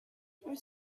was